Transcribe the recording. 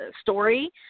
story